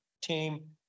team